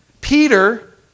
Peter